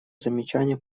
замечания